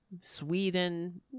Sweden